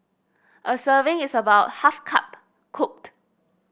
a serving is about half cup cooked